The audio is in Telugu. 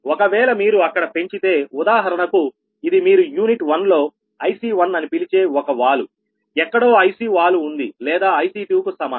ఒకవేళ మీరు అక్కడ పెంచితే ఉదాహరణకు ఇది మీరు యూనిట్ 1 లో IC1 అని పిలిచే ఒక వాలు ఎక్కడో IC వాలు ఉంది లేదా IC2 కు సమానం